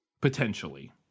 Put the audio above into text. Potentially